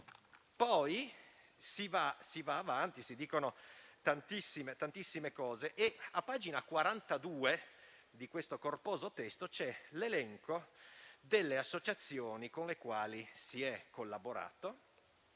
Si va avanti dicendo tantissime altre cose e a pagina 42 di questo corposo testo c'è l'elenco delle associazioni con le quali si è collaborato